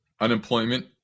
unemployment